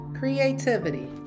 creativity